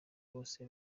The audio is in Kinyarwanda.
bose